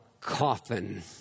coffin